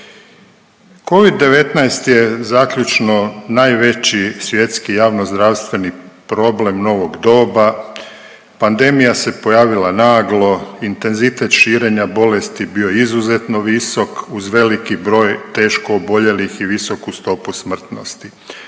Covid-19 je, zaključno, najveći svjetski javnozdravstveni problem novog doba, pandemija se pojavila naglo, intenzitet širenja bolesti bio je izuzetno visok uz veliki broj teško oboljelih i visoku stopu smrtnosti.